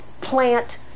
plant